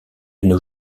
nos